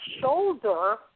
shoulder